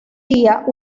día